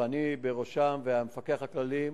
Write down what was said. ואני בראשם והמפקח הכללי,